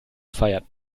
feiert